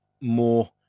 more